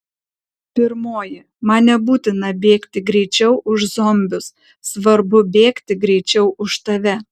pirmoji man nebūtina bėgti greičiau už zombius svarbu bėgti greičiau už tave